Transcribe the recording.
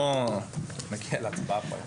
בואו נגיע להצבעה פה היום.